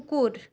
কুকুর